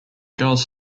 girls